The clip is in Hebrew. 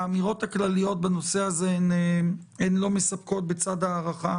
האמירות הכלליות בנושא הזה הן לא מספקות בצד ההערכה